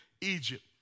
Egypt